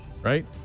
Right